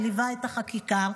שליווה את החקיקה,